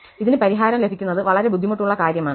ഇതിന് പരിഹാരം ലഭിക്കുന്നത് വളരെ ബുദ്ധിമുട്ടുള്ള കാര്യമാണ്